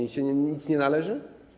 Im się nic nie należy?